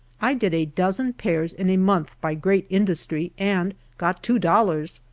i did a dozen pairs in a month by great industry, and got two dollars.